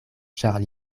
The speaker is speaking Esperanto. ĉar